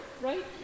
right